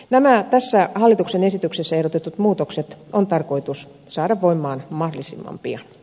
nämä tässä hallituksen esityksessä ehdotetut muutokset on tarkoitus saada voimaan mahdollisimman pian